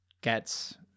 gets-